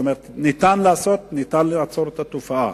זאת אומרת שאפשר לעצור את התופעה.